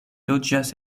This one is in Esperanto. loĝas